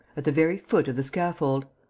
at the very foot of the scaffold.